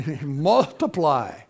Multiply